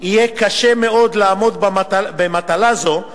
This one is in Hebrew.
יהיה קשה מאוד לעמוד במטלה זו,